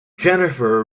jennifer